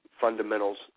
fundamentals